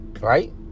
Right